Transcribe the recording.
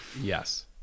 yes